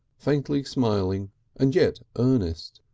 faintly smiling and yet earnest,